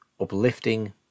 uplifting